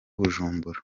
bujumbura